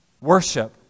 worship